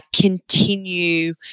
continue